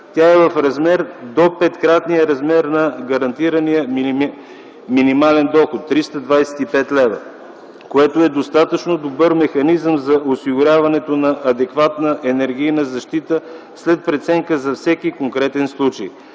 Тя е в размер до петкратния размер на гарантирания минимален доход – 325 лв., което е достатъчно добър механизъм за осигуряването на адекватна енергийна защита след преценка за всеки конкретен случай.